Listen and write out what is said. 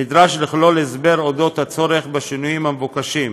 נדרש לכלול הסבר לצורך בשינויים המבוקשים.